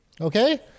okay